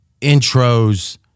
intros